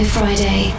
Friday